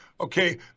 Okay